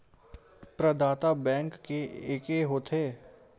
प्रदाता बैंक के एके होथे?